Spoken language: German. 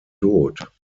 tod